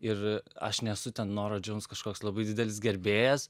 ir aš nesu ten norah jones kažkoks labai didelis gerbėjas